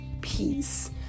peace